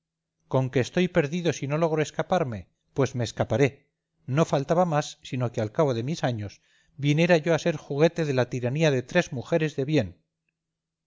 ternezas conque estoy perdido si no logro escaparme pues me escaparé no faltaba más sino que al cabo de mis años viniera yo a ser juguete de la tiranía de tres mujeres de bien